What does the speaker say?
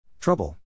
Trouble